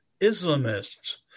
Islamists